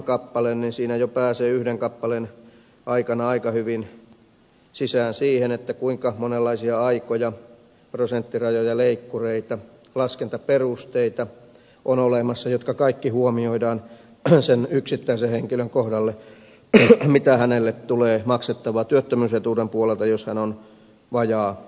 siinä jo pääsee yhden kappaleen aikana aika hyvin sisään siihen kuinka monenlaisia aikoja prosenttirajoja leikkureita laskentaperusteita on olemassa jotka kaikki huomioidaan sen yksittäisen henkilön kohdalla että mitä hänelle tulee maksettavaa työttömyysetuuden puolelta jos hän on vajaatyöllistetty